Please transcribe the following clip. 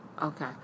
Okay